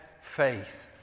faith